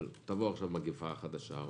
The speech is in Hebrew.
אבל נגיד שתבוא עכשיו מגיפה חדשה,